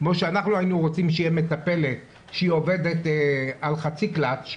כמו שאנחנו היינו רוצים שתהיה מטפלת שעובדת על חצי קלאץ',